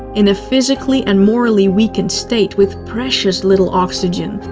in a physically and morally weakened state, with precious little oxygen.